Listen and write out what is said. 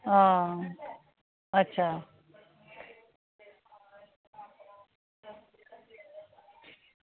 हां अच्छा